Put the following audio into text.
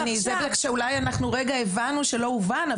אז אולי אנחנו רגע הבנו שלא הובן,